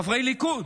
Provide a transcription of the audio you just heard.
חברי ליכוד,